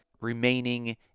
remaining